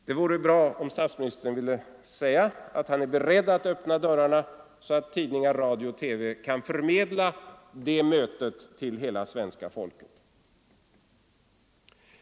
Det vore bra om statsministern ville säga, att han är beredd att öppna dörrarna så att tidningar, radio och TV kan förmedla det mötet till hela svenska folket.